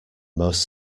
most